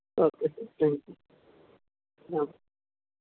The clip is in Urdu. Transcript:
اوکے سر تھینک یو ہاں